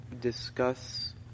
discuss